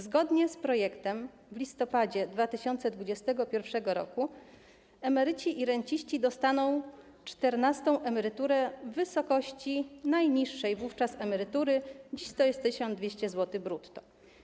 Zgodnie z projektem w listopadzie 2021 r. emeryci i renciści dostaną czternastą emeryturę w wysokości najniższej wówczas emerytury, dziś to jest 1200 zł brutto.